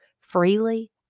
freely